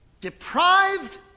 deprived